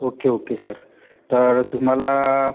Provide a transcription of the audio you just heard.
okay okay sir तर तुम्हाला